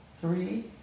three